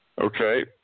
okay